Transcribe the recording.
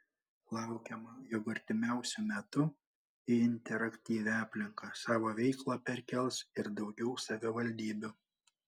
laukiama jog artimiausiu metu į interaktyvią aplinką savo veiklą perkels ir daugiau savivaldybių